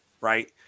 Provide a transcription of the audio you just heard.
right